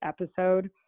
episode